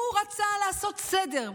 הוא רצה לעשות סדר.